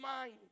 mind